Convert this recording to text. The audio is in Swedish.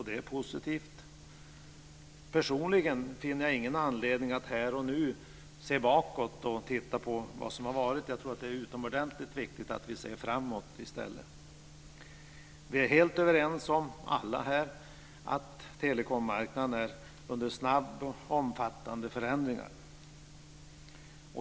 Det är positivt. Personligen finner jag ingen anledning att här och nu se bakåt och titta på vad som har varit. Jag tror att det är utomordentligt viktigt att vi ser framåt i stället. Vi är alla här helt överens om att telekommarknaden är stadd under snabba och omfattande förändringar.